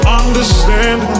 understand